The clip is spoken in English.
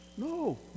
No